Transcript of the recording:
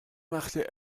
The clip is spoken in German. machte